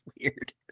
weird